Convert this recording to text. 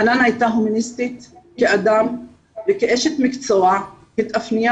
חנאן הייתה הומניסטית כאדם וכאשת מקצוע התאפיינה